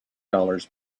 dollars